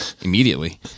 immediately